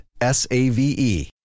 S-A-V-E